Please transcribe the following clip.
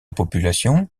population